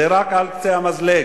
זה רק על קצה המזלג.